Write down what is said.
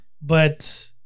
But-